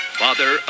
father